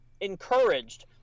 encouraged